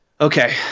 okay